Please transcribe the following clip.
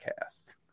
cast